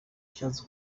bishatse